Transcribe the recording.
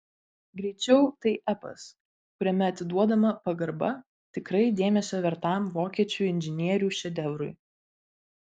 greičiau tai epas kuriame atiduodama pagarba tikrai dėmesio vertam vokiečių inžinierių šedevrui